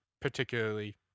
particularly